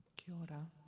kia ora.